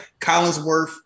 Collinsworth